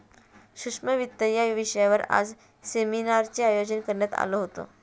सूक्ष्म वित्त या विषयावर आज सेमिनारचं आयोजन करण्यात आलं होतं